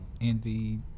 envy